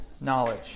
knowledge